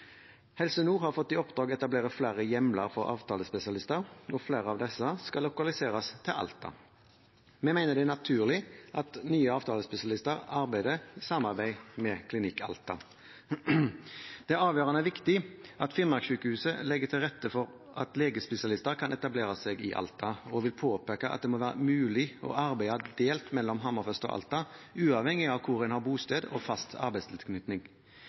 Helse Nord har fått i oppdrag å etablere flere hjemler for avtalespesialister, og flere av disse skal lokaliseres til Alta. Vi mener det er naturlig at nye avtalespesialister samarbeider med Klinikk Alta. Det er avgjørende viktig at Finnmarkssykehuset legger til rette for at legespesialister kan etablere seg i Alta, og jeg vil påpeke at det må være mulig å arbeide delt mellom Hammerfest og Alta uavhengig av hvor en har bosted og fast arbeidstilknytning.